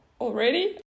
already